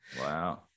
Wow